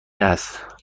است